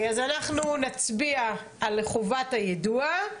אנחנו נצביע על חובת היידוע.